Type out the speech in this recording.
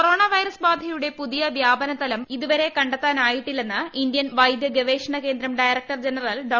corona virus ബാധയുട്ടി പുതിയ വ്യാപനതലം ഇതുവരെ കണ്ടെത്താനായിട്ടില്ലെന്ന് ഇന്ത്യൻ വൈദ്യഗവേഷണ കേന്ദ്രം ഡയറക്ടർ ജനറൽ ഡോ